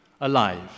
alive